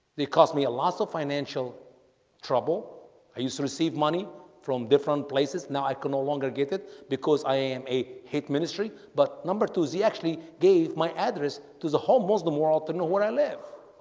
they cost me a lot of so financial trouble i used to receive money from different places now, i could no longer get it because i am a hit ministry but number two is he actually gave my address to the whole muslim world to know where i live.